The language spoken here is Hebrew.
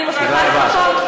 אני מבטיחה לחכות.